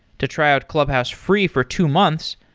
to try out clubhouse free for two months,